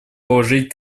положить